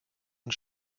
und